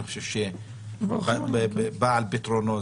אני חושב שהוא בא על פתרונו,